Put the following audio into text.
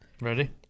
Ready